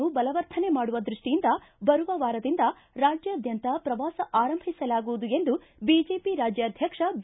ಪಕ್ಷವನ್ನು ಬಲವರ್ಧನೆ ಮಾಡುವ ದೃಷ್ಟಿಯಿಂದ ಬರುವ ವಾರದಿಂದ ರಾಜ್ಯಾದ್ಯಂತ ಪ್ರವಾಸ ಆರಂಭಿಸಲಾಗುವುದು ಎಂದು ಬಿಜೆಪಿ ರಾಜ್ಯಾಧ್ವಕ್ಷ ಬಿ